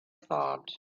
thought